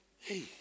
Hey